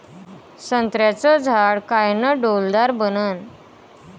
संत्र्याचं झाड कायनं डौलदार बनन?